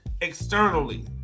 externally